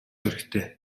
хэрэгтэй